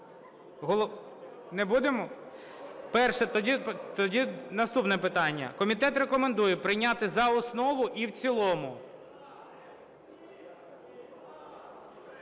Не будемо? Тоді наступне питання. Комітет рекомендує прийняти за основу і в цілому.